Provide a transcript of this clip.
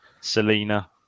Selena